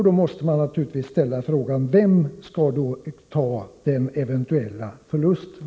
Då måste man naturligtvis fråga: Vem skall då ta den eventuella förlusten?